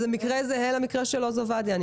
אני מבינה שזה מקרה זהה למקרה של עוז עובדיה.